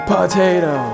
Potato